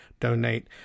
donate